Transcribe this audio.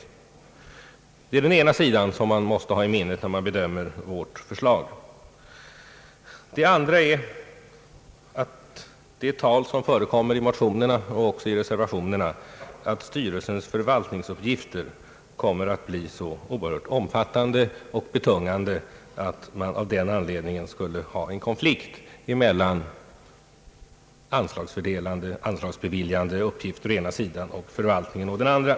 Detta är alltså det ena förhållandet man måste ha i minnet vid bedömningen av vårt förslag. Den andra punkten gäller de uppfattningar som förs fram i motionerna och också i reservationerna att styrelsens förvaltningsuppgifter kommer att bli så oerhört omfattande och betungande att en konflikt av denna anledning skulle uppstå mellan anslagsbeviljande uppgifter å ena sidan och förvaltningen å den andra.